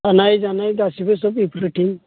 थानाय जानाय गासिबो सब एब्रिथिं